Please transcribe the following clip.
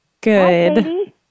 Good